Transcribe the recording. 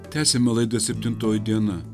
tęsiame laidą septintoji diena